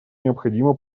необходимо